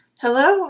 Hello